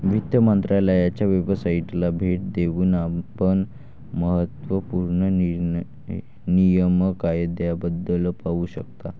वित्त मंत्रालयाच्या वेबसाइटला भेट देऊन आपण महत्त्व पूर्ण नियम कायद्याबद्दल पाहू शकता